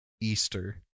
Easter